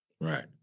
Right